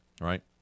Right